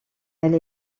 elle